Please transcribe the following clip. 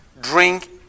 Drink